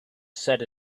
set